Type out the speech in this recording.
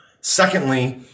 Secondly